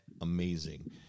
amazing